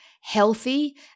healthy